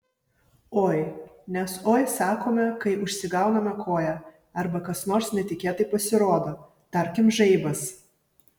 oi nes oi sakome kai užsigauname koją arba kas nors netikėtai pasirodo tarkim žaibas